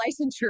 licensure